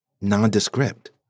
nondescript